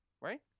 Right